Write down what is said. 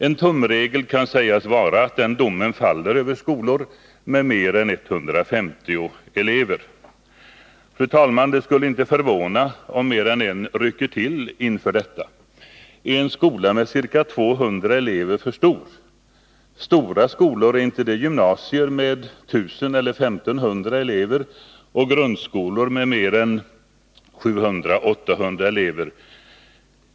En tumregel kan sägas vara att den domen faller över skolor med mer än 150 elever. Fru talman! Det skulle inte förvåna om mer än en rycker till inför detta. Är en skola med ca 200 elever för stor? Stora skolor, är inte det gymnasier med 1000 eller 1 500 elever och grundskolor med mer än 700 eller 800 elever?